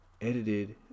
edited